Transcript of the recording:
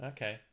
Okay